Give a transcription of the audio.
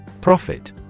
Profit